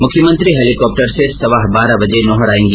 मुख्यमंत्री हैलीकॉप्टर से सवा बारह बजे नोहर आएगी